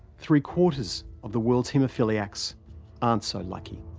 three quarters of the world's haemophiliacs aren't so lucky.